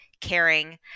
caring